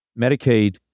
Medicaid